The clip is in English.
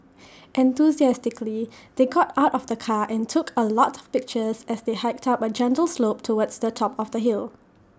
enthusiastically they got out of the car and took A lot of pictures as they hiked up A gentle slope towards the top of the hill